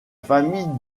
famille